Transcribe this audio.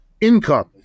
Income